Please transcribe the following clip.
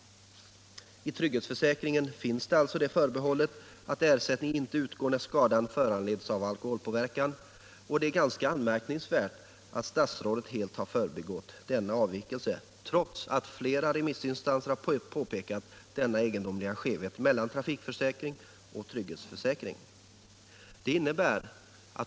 I trygghetsförsäkringen finns alltså det förbehållet att ersättning inte utgår när skadan föranleds av alkoholpåverkan. Det är ganska anmärkningsvärt att statsrådet helt har förbigått denna avvikelse, trots att flera remissinstanser har påpekat denna egendomliga skevhet mellan trafik Nr 44 försäkring och trygghetsförsäkring.